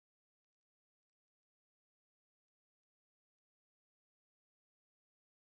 మొక్కల రోగాలను తట్టుకునేందుకు ఈ పద్ధతి లాబ్మట